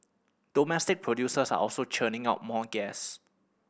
domestic producers are also churning out more gas